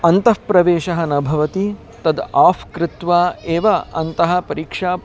अन्तः प्रवेशः न भवति तत् आफ् कृत्वा एव अन्तः परीक्षा